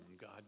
God